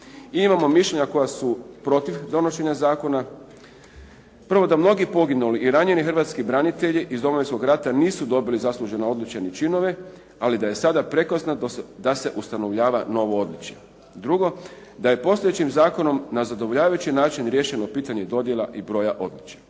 imamo mišljenja koja su protiv donošenja zakona. "1. da mnogi poginuli i ranjeni hrvatski branitelji iz Domovinskog rata nisu dobili zaslužena odličja i čine ali da je sada prekasno da se ustanovljava novo odličje; 2. da je postojećim zakonom na zadovoljavajući način riješeno pitanje dodjela i broja odličja."